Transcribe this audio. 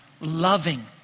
loving